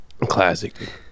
classic